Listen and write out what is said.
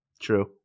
True